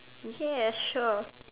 ya sure